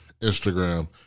Instagram